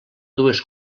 dues